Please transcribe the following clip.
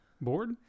bored